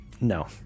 no